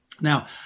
Now